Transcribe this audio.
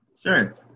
Sure